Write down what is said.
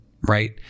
Right